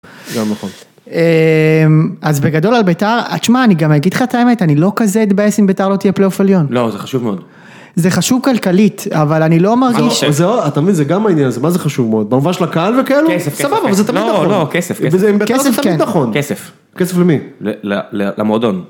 אז בגדול על בית"ר, תשמע אני גם אגיד לך את האמת, אני לא כזה אתבאס אם בית"ר לא תהיה בפלאות עליון לא זה חשוב מאוד, זה חשוב כלכלית, אבל אני לא מרגיש, אתה מבין זה גם העניין הזה, מה זה חשוב מאוד, במובן של הקהל וכאלו? כסף, כסף, כסף, כסף למי? למועדון.